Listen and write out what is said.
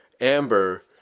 Amber